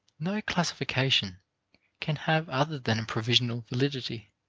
no classification can have other than a provisional validity.